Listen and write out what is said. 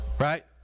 Right